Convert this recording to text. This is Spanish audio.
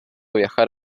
viajar